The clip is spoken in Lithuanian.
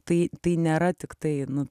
tai tai nėra tiktai nu